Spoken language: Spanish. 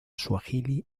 suajili